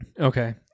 Okay